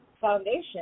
foundation